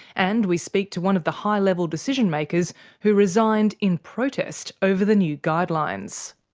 and we speak to one of the high-level decision-makers who resigned in protest over the new guidelines.